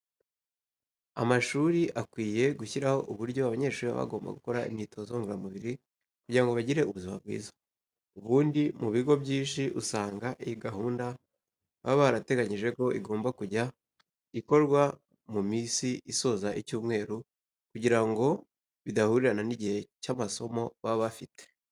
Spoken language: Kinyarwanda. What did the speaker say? Amashuri akwiye gushyiraho uburyo abanyeshuri baba bagomba gukora imyitozo ngororamubiri kugira ngo bagire ubuzima bwiza. Ubundi mu bigo byinshi usanga iyi gahunda baba barateganyije ko igomba kujya ikorwa mu minsi isoza icyumweru kugira ngo bidahurirana n'igihe cy'amasomo baba bafite.